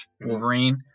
Wolverine